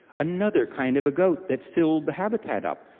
another kind of a goat that filled the habitat up.